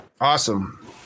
Awesome